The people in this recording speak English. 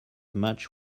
much